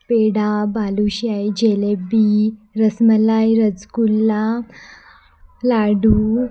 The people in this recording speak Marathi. पेढा बालुशाही जिलेबी रसमलाई रसगुल्ला लाडू